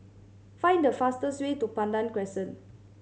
find the fastest way to Pandan Crescent